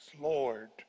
Lord